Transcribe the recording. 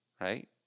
Right